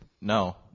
No